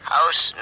House